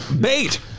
Bait